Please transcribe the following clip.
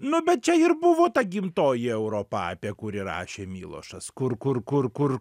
nu bet čia ir buvo ta gimtoji europa apie kurį rašė milošas kur kur kur kur